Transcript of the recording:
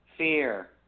Fear